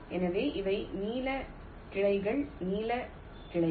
எனவே இவை நீலக் கிளைகள் நீலக் கிளைகள்